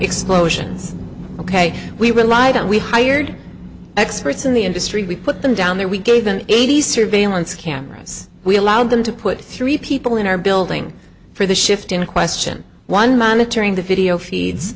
explosions ok we were lied to we hired experts in the industry we put them down there we gave an eighty surveillance cameras we allowed them to put three people in our building for the shift in question one monitoring the video feeds